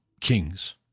Kings